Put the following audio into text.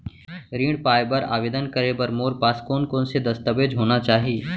ऋण पाय बर आवेदन करे बर मोर पास कोन कोन से दस्तावेज होना चाही?